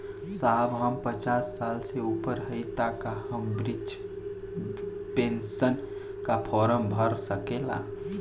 साहब हम पचास साल से ऊपर हई ताका हम बृध पेंसन का फोरम भर सकेला?